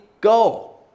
go